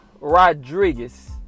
Rodriguez